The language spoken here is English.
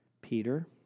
Peter